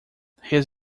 his